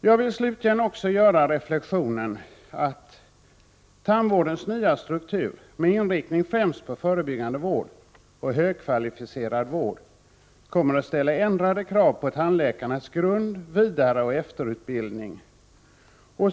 Jag gör slutligen reflexionen att tandvårdens nya struktur, med inriktning på främst förebyggande vård och högkvalificerad vård, kommer att ställa ändrade krav på tandläkarnas grund-, vidareoch efterutbildning.